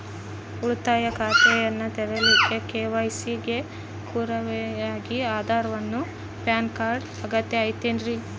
ಉಳಿತಾಯ ಖಾತೆಯನ್ನ ತೆರಿಲಿಕ್ಕೆ ಕೆ.ವೈ.ಸಿ ಗೆ ಪುರಾವೆಯಾಗಿ ಆಧಾರ್ ಮತ್ತು ಪ್ಯಾನ್ ಕಾರ್ಡ್ ಅಗತ್ಯ ಐತೇನ್ರಿ?